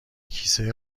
کیسه